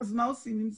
אז מה עושים עם זה?